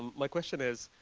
like question is